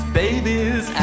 babies